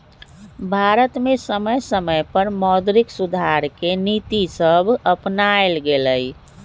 भारत में समय समय पर मौद्रिक सुधार के नीतिसभ अपानाएल गेलइ